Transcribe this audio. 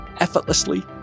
effortlessly